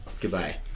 Goodbye